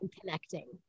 connecting